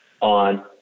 on